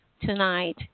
tonight